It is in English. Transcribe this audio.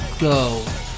go